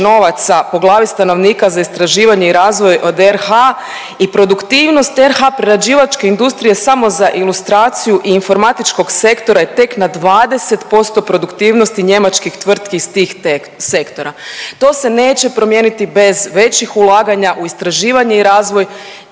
novaca po glavi stanovnika za istraživanje i razvoj od RH i produktivnost RH prerađivačke industrije samo za ilustraciju i informatičkog sektora je tek na 20% produktivnosti njemačkih tvrtki iz tih sektora. To se neće promijeniti bez većih ulaganja u istraživanje i razvoj.